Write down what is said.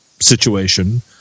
situation